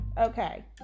Okay